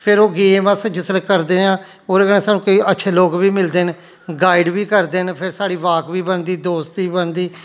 फिर ओह् गेम अस जिसलै करदे आं ओहदे कन्नै सानू किश अच्छे लोग बी मिलदे न गाइड बी करदे न फिर साढ़ी बाकफी बी बनदी दोस्त बी बनदी